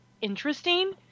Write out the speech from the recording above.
interesting